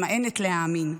ממאנת להאמין,